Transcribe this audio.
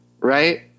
Right